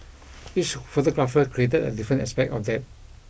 each photographer created a different aspect of that